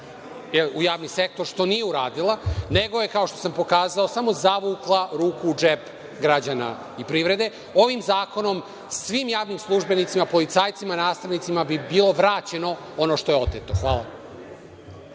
u javni sektor, što nije uradila, nego je, kao što sam pokazao samo zavukla ruku u džep građana i privrede. Ovim zakonom svim javnim službenicima, policajcima, nastavnicima bi bilo vraćeno ono što je oteto. Hvala.